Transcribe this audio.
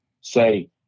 say